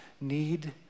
need